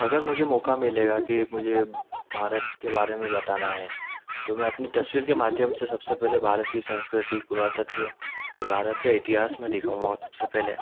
अगर मुझे मौका मिलेगा कि मुझे भारत के बारे में बताना है तो मैं अपनी तस्वीर के माध्यम से सबसे पहेले भारत की संस्कृति पुरातत्व और भारत का इतिहास मैं दिखाऊँ वहाँ सबसे पहले